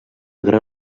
gran